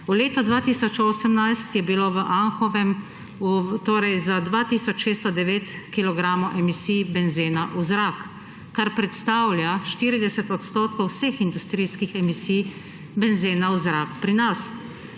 V letu 2018 je bilo v Anhovem za 2 tisoč 609 kilogramov emisij benzena v zrak, kar predstavlja 40 % vseh industrijskih emisij benzena v zrak pri nas.